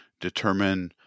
determine